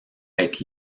être